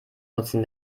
nutzen